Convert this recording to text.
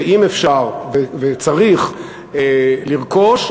שאם אפשר וצריך לרכוש,